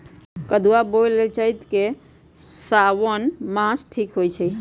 कदुआ बोए लेल चइत आ साओन मास ठीक होई छइ